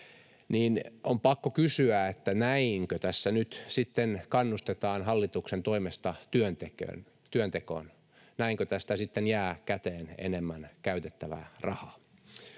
On pakko kysyä, näinkö tässä nyt sitten kannustetaan hallituksen toimesta työntekoon. Näinkö tästä sitten jää käteen enemmän käytettävää rahaa?